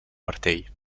martell